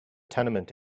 tenement